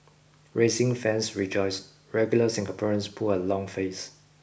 racing fans rejoice regular Singaporeans pull a long face